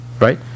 right